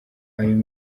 ayo